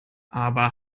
aber